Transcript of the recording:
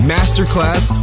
Masterclass